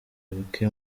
buke